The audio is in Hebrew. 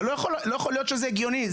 לא יכול להיות שזה הגיוני,